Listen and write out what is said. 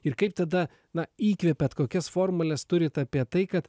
ir kaip tada na įkvepiat kokias formules turit apie tai kad